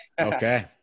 Okay